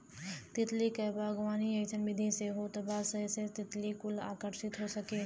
तितली क बागवानी अइसन विधि से होत बा जेसे तितली कुल आकर्षित हो सके